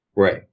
Right